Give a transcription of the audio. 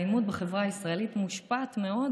האלימות בחברה הישראלית מושפעת מאוד